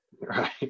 Right